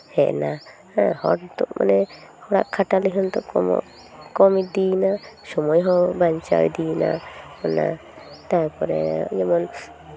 ᱦᱮᱡᱱᱟ ᱦᱚᱲ ᱫᱚ ᱢᱟᱱᱮ ᱦᱚᱲᱟᱜ ᱠᱷᱟᱴᱟᱞᱤ ᱦᱚᱸ ᱠᱚᱢᱚᱜ ᱠᱚᱢ ᱤᱫᱤᱭᱮᱱᱟ ᱥᱚᱢᱚᱭ ᱦᱚᱸ ᱵᱟᱧᱪᱟᱣ ᱤᱫᱤᱭᱮᱱᱟ ᱚᱱᱟ ᱛᱟᱨᱯᱚᱨᱮ ᱡᱮᱢᱚᱱ